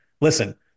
Listen